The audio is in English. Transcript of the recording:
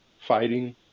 fighting